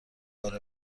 بار